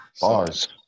Bars